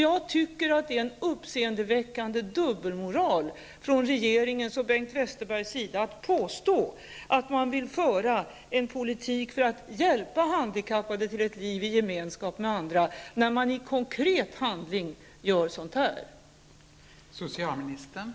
Jag tycker att det är en uppseendeväckande dubbelmoral när regeringen och Bengt Westerberg påstår att man vill föra en politik för att hjälpa handikappade till ett liv i gemenskap med andra människor, samtidigt som man i konkret handling gör på det här sättet.